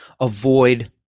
avoid